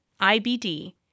IBD